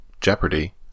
Jeopardy